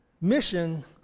mission